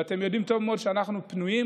ואתם יודעים טוב מאוד שאנחנו פנויים,